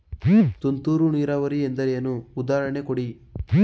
ತುಂತುರು ನೀರಾವರಿ ಎಂದರೇನು, ಉದಾಹರಣೆ ಕೊಡಿ?